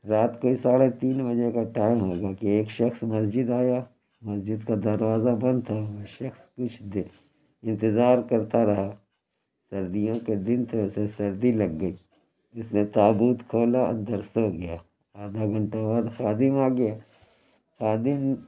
رات کے ساڑھے تین بجے کا ٹائم ہوگا کہ ایک شخص مسجد آیا مسجد کا دروازہ بند تھا وہ شخص کچھ دے انتظار کرتا رہا سردیوں کے دِن تھے اُسے سردی لگ گئی اُس نے تابوت کھولا اندر سو گیا آدھا گھنٹے بعد خادم آ گیا خادم